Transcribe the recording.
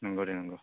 नंगौ दे नंगौ